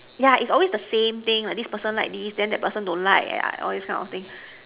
yeah it's always the same thing like this person like this then that person don't like yeah all this kind of things